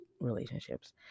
relationships